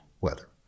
Weather